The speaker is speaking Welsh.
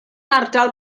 ardal